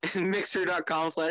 Mixer.com